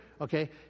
okay